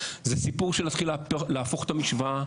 זה סיפור של להתחיל להפוך את המשוואה